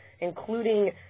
including